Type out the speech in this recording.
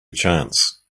chance